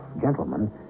gentlemen